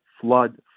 flood